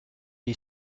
est